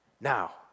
Now